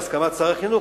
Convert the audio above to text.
בהסכמת שר החינוך,